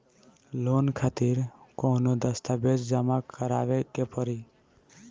Loan खातिर कौनो दस्तावेज जमा करावे के पड़ी?